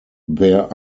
there